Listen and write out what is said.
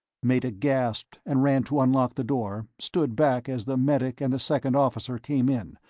meta gasped and ran to unlock the door, stood back as the medic and the second officer came in,